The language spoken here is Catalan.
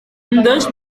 ambdós